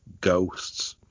ghosts